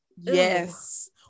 Yes